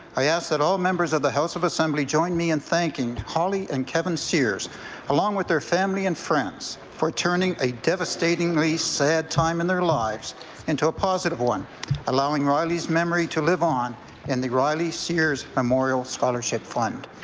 i ask that all members of the house of assembly join me in thanking holly and kevin sears along with their family and friends for turning a devastatingly sad time in their lives into a positive one allowing riley's memory to live on in the riley sears memorial scholarship fund.